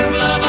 love